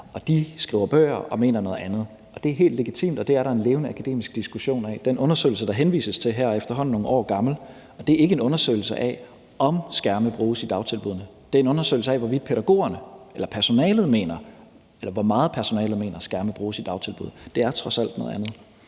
de skriver bøger og mener noget andet. Det er helt legitimt, og det er der en levende akademisk diskussion af. Den undersøgelse, der henvises til her, er efterhånden nogle år gammel, og det er ikke en undersøgelse af, om skærme bruges i dagtilbuddene; det er en undersøgelse af, hvor meget personalet mener skærme bruges i dagtilbud. Det er trods alt noget andet.